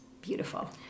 beautiful